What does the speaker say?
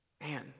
man